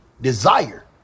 desire